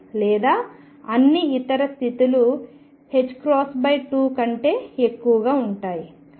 లేదా అన్ని ఇతర స్థితిలు 2 కంటే ఎక్కువగా ఉంటాయి